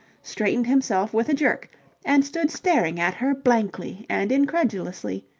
straightened himself with a jerk and stood staring at her blankly and incredulously,